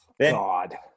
god